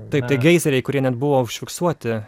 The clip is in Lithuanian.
taip tie geizeriai kurie net buvo užfiksuoti